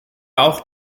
auch